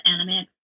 Anime